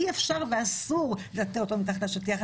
אי אפשר ואסור לטאטא אותו מתחת לשטיח.